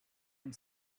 and